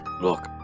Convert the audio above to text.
look